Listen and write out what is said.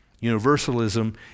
Universalism